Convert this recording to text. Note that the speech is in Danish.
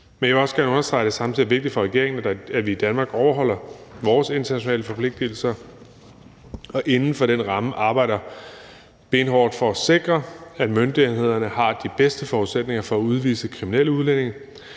Men jeg vil også gerne understrege, at det samtidig er vigtigt for regeringen, at vi i Danmark overholder vores internationale forpligtigelser, og at vi inden for den ramme arbejder benhårdt for at sikre, at myndighederne har de bedste forudsætninger for at udvise kriminelle udlændinge.